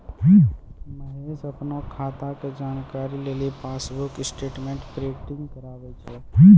महेश अपनो खाता के जानकारी लेली पासबुक स्टेटमेंट प्रिंटिंग कराबै छै